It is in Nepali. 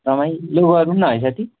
रमाइलो गरौँ न है साथी